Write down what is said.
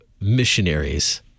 missionaries